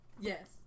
Yes